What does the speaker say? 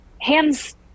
hands